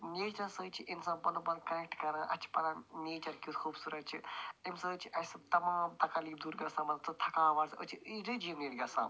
nature سۭتۍ چھُ اِنسان پَنُن پان پرٛڈکٹہٕ کران اسہِ چھِ پَتہ نیچر کیٛوتھ خوٗبصوٗرت چھُ اَمہِ سۭتۍ چھِ اسہِ تمام تِکالیٖف دور گژھان مان ژٕ تھکاوَٹ أسۍ چھِ رجُووِنیٹ گژھان